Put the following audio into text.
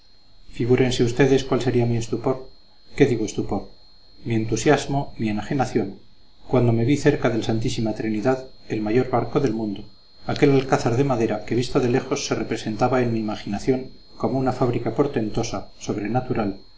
figúrense ustedes cuál sería mi estupor qué digo estupor mi entusiasmo mi enajenación cuando me vi cerca del santísima trinidad el mayor barco del mundo aquel alcázar de madera que visto de lejos se representaba en mi imaginación como una fábrica portentosa